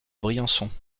briançon